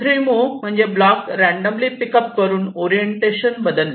M3 move म्हणजे block randomly pick up करून orientation बदलणे